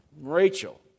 Rachel